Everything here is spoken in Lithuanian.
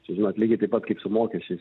čia žinot lygiai taip pat kaip su mokesčiais